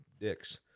dicks